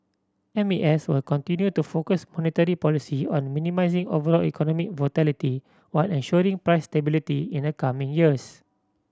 M A S will continue to focus monetary policy on minimising overall economic volatility while ensuring price stability in the coming years